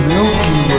Milky